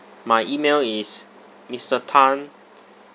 my email is mister tan